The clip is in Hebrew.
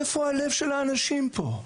איפה הלב של האנשים פה?